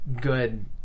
good